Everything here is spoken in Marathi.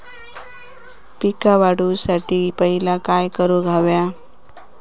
पीक वाढवुसाठी पहिला काय करूक हव्या?